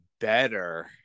better –